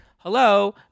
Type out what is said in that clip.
Hello